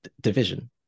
division